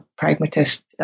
pragmatist